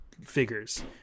figures